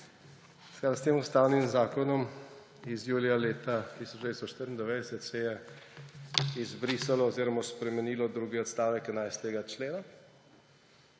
S tem ustavnim zakonom iz julija leta 1994 se je izbrisalo oziroma spremenilo drugi odstavek 11. člena